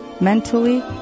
mentally